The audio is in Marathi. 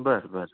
बरं बरं